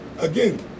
again